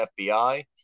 FBI